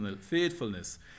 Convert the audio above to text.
faithfulness